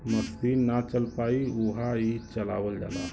मसीन ना चल पाई उहा ई चलावल जाला